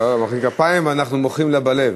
לא מוחאים כפיים, אנחנו מוחאים לה בלב.